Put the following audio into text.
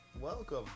Welcome